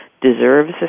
deserves